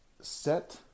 Set